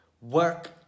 work